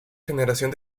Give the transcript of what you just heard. generación